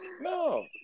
No